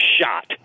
shot